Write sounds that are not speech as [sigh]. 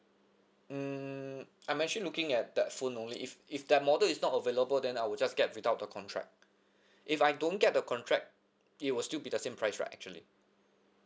mm I'm actually looking at that phone only if if that model is not available then I will just get without the contract [breath] if I don't get the contract it will still be the same price right actually